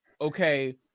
okay